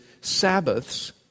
Sabbaths